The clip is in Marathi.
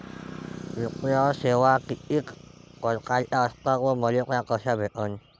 वित्तीय सेवा कितीक परकारच्या असतात व मले त्या कशा भेटन?